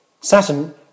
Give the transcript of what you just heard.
Saturn